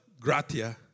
gratia